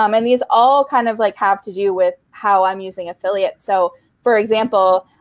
um and these all kind of like have to do with how i'm using affiliates. so for example,